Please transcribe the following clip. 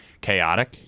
chaotic